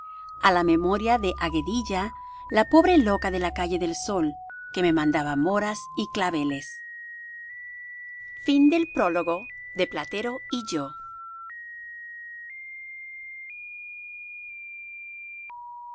á la memoria de aguedilla la pobre loca de la calle del sol que me mandaba moras y claveles la elegía i platero